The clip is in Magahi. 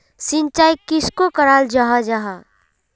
सिंचाई किसोक कराल जाहा जाहा?